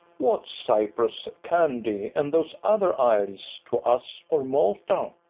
what's cyprus, candy, and those other isles to us or malta?